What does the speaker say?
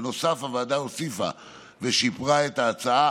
בנוסף, הוועדה הוסיפה ושיפרה את ההצעה